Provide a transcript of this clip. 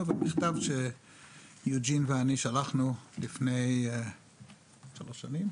ואת המכתב שאני ויוג'ין שלחנו לפני שלוש שנים,